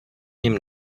něm